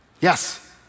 Yes